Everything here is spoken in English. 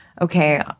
Okay